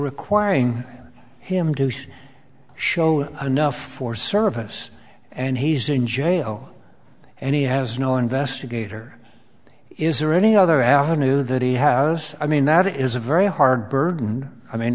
requiring him to say show enough for service and he's in jail and he has no investigator is there any other avenue that he has i mean that is a very hard burden i mean